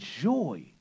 joy